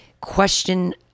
question